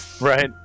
right